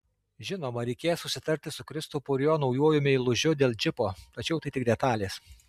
žinoma reikės susitarti su kristupu ir jo naujuoju meilužiu dėl džipo tačiau tai tik detalės